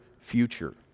future